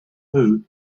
who